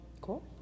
Cool